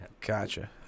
Gotcha